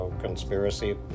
conspiracy